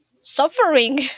suffering